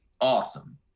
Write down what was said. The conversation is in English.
awesome